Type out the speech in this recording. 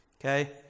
Okay